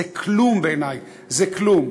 זה כלום בעיני, זה כלום.